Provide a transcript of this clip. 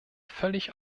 völlig